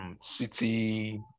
City